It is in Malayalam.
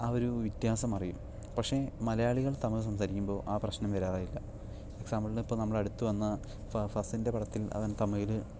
ആ ഒരു വ്യത്യാസം അറിയും പക്ഷെ മലയാളികൾ തമിഴ് സംസാരിക്കുമ്പോൾ ആ പ്രശ്നം വരാറേയില്ല എക്സാമ്പിളിന് ഇപ്പോൾ നമ്മുടെ അടുത്ത് വന്ന ഫഹദ് ഫാസിലിൻ്റെ പടത്തിൽ അവൻ തമിഴിൽ